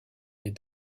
les